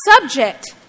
subject